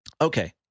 okay